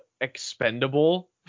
expendable